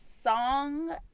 song